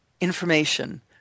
information